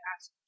Ask